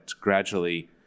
gradually